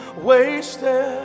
wasted